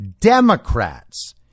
Democrats